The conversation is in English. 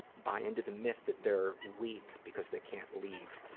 buy in to the myth that they're weak because they can't leave,